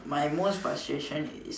my most frustration is